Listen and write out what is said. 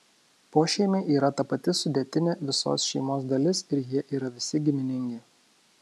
pošeimiai yra ta pati sudėtinė visos šeimos dalis ir jie yra visi giminingi